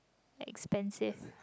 expensive